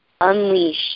unleash